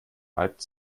reibt